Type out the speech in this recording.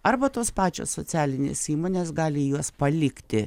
arba tos pačios socialinės įmonės gali juos palikti